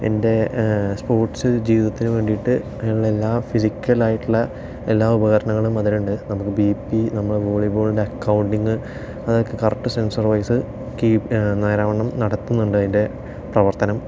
എൻ്റെ സ്പോർട്സ് ജീവിതത്തിനു വേണ്ടിയിട്ട് ഉള്ള എല്ലാ ഫിസിക്കൽ ആയിട്ടുള്ള എല്ലാ ഉപകരണങ്ങളും അതിലുണ്ട് നമുക്ക് ബി പി നമ്മളെ വോളിബോളിൻ്റെ അക്കൗണ്ടിംഗ് അതൊക്കെ കറക്ട് സെൻസർ വൈസ് നേരാം വണ്ണം നടത്തുന്നുണ്ട് അതിൻ്റെ പ്രവർത്തനം